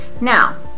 Now